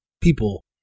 people